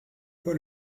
quoi